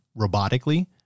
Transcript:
robotically